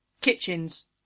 Kitchens